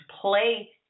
play